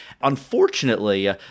Unfortunately